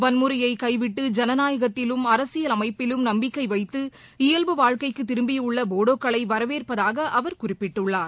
வன்முறையை கைவிட்டு ஜனநாயகத்திலும் அரசியல் அமைப்பிலும் நம்பிக்கை வைத்து இயல்பு வாழ்க்கைக்கு திரும்பியுள்ள போடோக்களை வரவேற்பதாக அவர் குறிப்பிட்டுள்ளார்